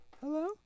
Hello